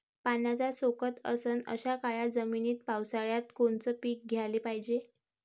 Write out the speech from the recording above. पाण्याचा सोकत नसन अशा काळ्या जमिनीत पावसाळ्यात कोनचं पीक घ्याले पायजे?